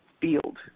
field